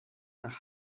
nach